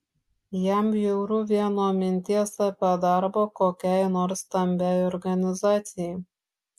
jam bjauru vien nuo minties apie darbą kokiai nors stambiai organizacijai